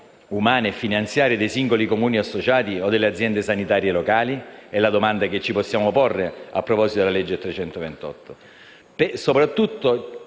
umane e finanziarie dei singoli Comuni associati o delle aziende sanitarie locali? È questa la domanda che ci possiamo porre a proposito della legge n.